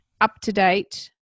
up-to-date